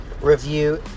review